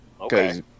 okay